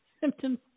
symptoms